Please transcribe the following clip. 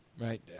Right